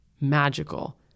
magical